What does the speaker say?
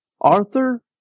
Arthur